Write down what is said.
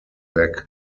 back